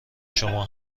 شما